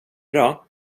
bra